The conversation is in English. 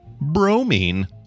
Bromine